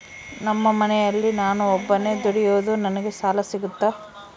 ನಮ್ಮ ಮನೆಯಲ್ಲಿ ನಾನು ಒಬ್ಬನೇ ದುಡಿಯೋದು ನನಗೆ ಸಾಲ ಸಿಗುತ್ತಾ?